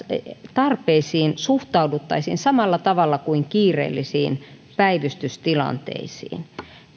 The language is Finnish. tarpeisiin suhtauduttaisiin samalla tavalla kuin kiireellisiin päivystystilanteisiin